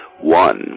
one